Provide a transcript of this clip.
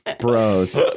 Bros